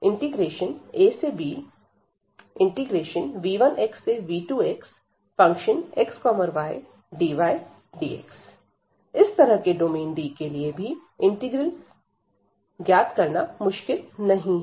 ∬DfxydAabv1v2fxydydx इस तरह के डोमेन D के लिए भी इंटीग्रल ज्ञात करना मुश्किल नहीं है